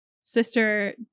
Sister